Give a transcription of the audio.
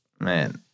Man